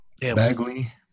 Bagley